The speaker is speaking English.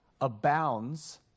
abounds